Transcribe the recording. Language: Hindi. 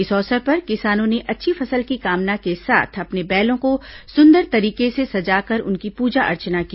इस अवसर पर किसानों ने अच्छी फसल की कामना के साथ अपने बैलों को सुंदर तरीके से सजाकर उनकी पूजा अर्चना की